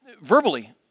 verbally